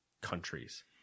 countries